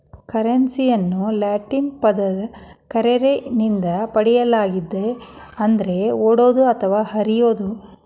ಕರೆನ್ಸಿಯನ್ನು ಲ್ಯಾಟಿನ್ ಪದ ಕರ್ರೆರೆ ನಿಂದ ಪಡೆಯಲಾಗಿದೆ ಅಂದರೆ ಓಡುವುದು ಅಥವಾ ಹರಿಯುವುದು